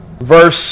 verse